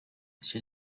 zica